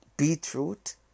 Beetroot